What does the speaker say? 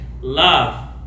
love